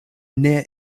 near